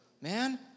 man